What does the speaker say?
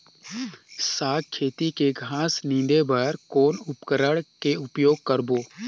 साग खेती के घास निंदे बर कौन उपकरण के उपयोग करबो?